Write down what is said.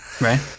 Right